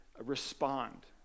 respond